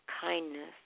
kindness